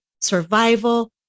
survival